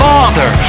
Father